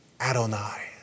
Adonai